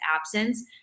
absence